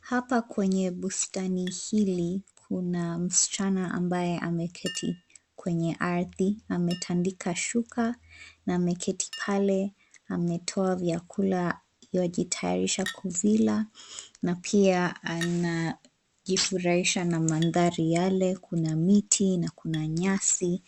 Hapa kwenye bustani hili, kuna msichana ambaye ameketi kwenye ardhi, ametandika shuka na ameketi pale. Ametoa vyakula ywajitayarisha kuvila na pia anajifurahisha na madhari yale. Kuna miti, kuna nyasi